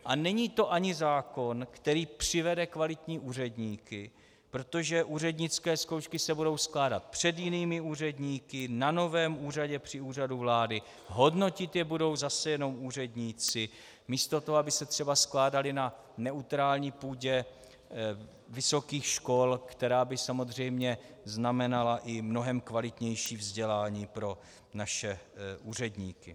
A není to ani zákon, který přivede kvalitní úředníky, protože úřednické zkoušky se budou skládat před jinými úředníky, na novém úřadě při Úřadu vlády, hodnotit je budou zase jenom úředníci, místo toho, aby se třeba skládaly na neutrální půdě vysokých škol, která by samozřejmě znamenala i mnohem kvalitnější vzdělání pro naše úředníky.